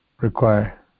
Require